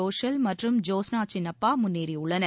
கோஷல் மற்றும் ஜோஷ்னா சின்னப்பா முன்னேறியுள்ளனர்